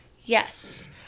Yes